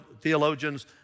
theologians